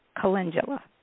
Calendula